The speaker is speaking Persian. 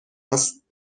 است